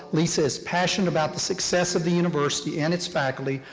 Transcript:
lisa is passionate about the success of the university and its faculty.